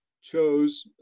chose